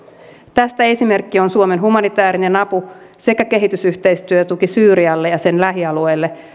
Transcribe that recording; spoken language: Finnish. tästä esimerkki on suomen humanitäärinen apu sekä kehitysyhteistyötuki syyrialle ja sen lähialueille